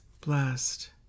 blessed